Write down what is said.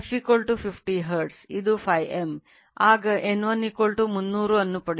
ಇದು m ಆಗ N1 300 ಅನ್ನು ಪಡೆಯುತ್ತದೆ